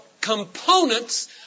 components